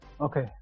Okay